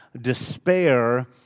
despair